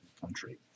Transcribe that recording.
country